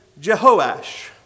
Jehoash